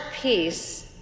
piece